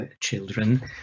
children